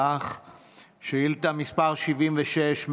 שאילתה מס' 76,